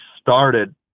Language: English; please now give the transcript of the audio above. started